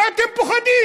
מה אתם פוחדים?